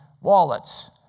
wallets